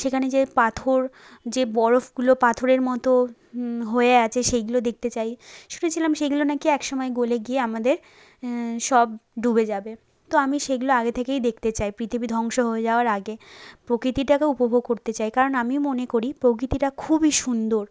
সেখানে যে পাথর যে বরফগুলো পাথরের মতো হয়ে আছে সেগুলো দেখতে চাই শুনেছিলাম সেগুলো নাকি এক সময় গলে গিয়ে আমাদের সব ডুবে যাবে তো আমি সেগুলো আগে থেকেই দেখতে চাই পৃথিবী ধ্বংস হয়ে যাওয়ার আগে প্রকৃতিটাকে উপভোগ করতে চাই কারণ আমিও মনে করি প্রকৃতিটা খুবই সুন্দর